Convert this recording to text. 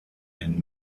and